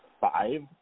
five